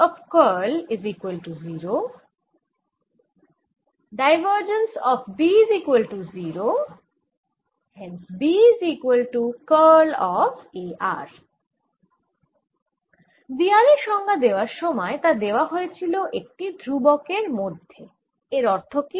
V r এর সংজ্ঞা দেওয়ার সময় তা দেওয়া হয়েছিল একটি ধ্রুবকের মধ্যে এর অর্থ কি